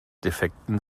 defekten